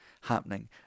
happening